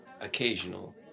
occasional